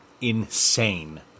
insane